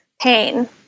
pain